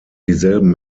dieselben